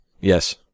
Yes